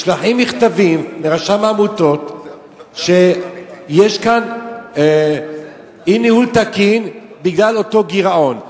נשלחים מכתבים לרשם העמותות שיש כאן ניהול לא תקין בגלל אותו גירעון,